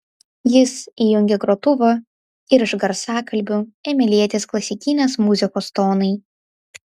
jis įjungė grotuvą ir iš garsiakalbių ėmė lietis klasikinės muzikos tonai